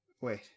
Wait